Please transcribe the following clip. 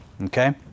Okay